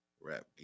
Rap